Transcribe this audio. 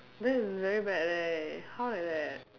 that's is very bad leh how like that